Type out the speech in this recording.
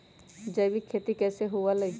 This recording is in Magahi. जैविक खेती कैसे हुआ लाई?